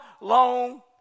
long